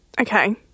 okay